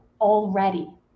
already